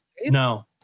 No